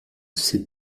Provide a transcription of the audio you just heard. c’est